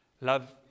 Love